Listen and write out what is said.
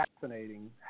fascinating